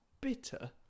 bitter